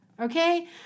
okay